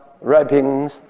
wrappings